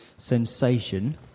sensation